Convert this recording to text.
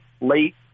late